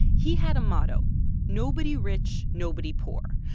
he had a motto nobody rich, nobody poor.